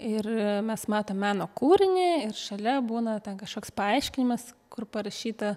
ir mes matom meno kūrinį ir šalia būna ten kažkoks paaiškinimas kur parašyta